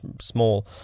small